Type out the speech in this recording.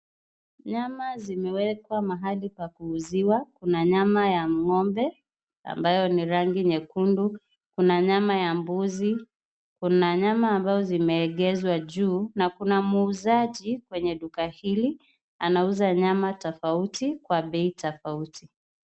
Nyama zimewekwa mahali pa kuuziwa. Kuna nyama ya ng'ombe ambayo ni rangi nyekundu, kuna nyama ya mbuzi, kuna nyama ambazo zimeegezwa juu na kuna muuzaji kwenye duka hili anauza nyama tofauti kwa bei tofauti.